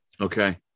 okay